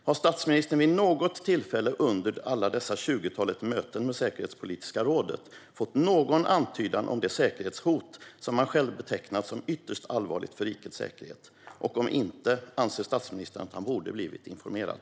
Har statsministern vid något tillfälle under alla dessa tjugotalet möten med säkerhetspolitiska rådet fått någon antydan om det säkerhetshot som han själv betecknat som ytterst allvarligt för rikets säkerhet? Om inte, anser statsministern att han borde ha blivit informerad?